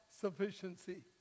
sufficiency